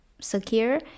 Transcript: secure